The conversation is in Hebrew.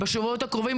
בשבועות הקרובים,